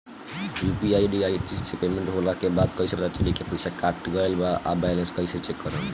UPI ID से payment होला के बाद कइसे पता चली की पईसा कट गएल आ बैलेंस कइसे चेक करम?